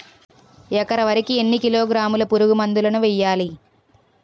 ఎకర వరి కి ఎన్ని కిలోగ్రాముల పురుగు మందులను వేయాలి?